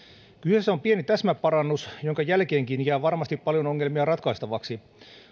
kyseessä on pieni täsmäparannus jonka jälkeenkin jää varmasti paljon ongelmia ratkaistavaksi